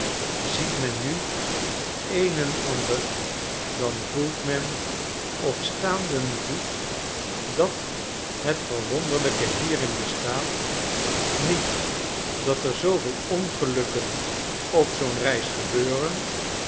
ziet men nu een en ander dan voelt men op staanden voet dat het verwonderlijke hierin bestaat niet dat er zooveel ongelukken op zoo'n reis gebeuren